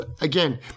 again